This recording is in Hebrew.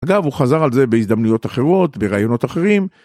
אגב, הוא חזר על זה בהזדמנויות אחרות, ברעיונות אחרים.